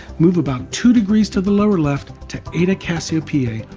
move about two degrees to the lower left, to eta cassiopeiae,